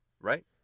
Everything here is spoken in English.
Right